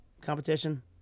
competition